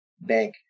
bank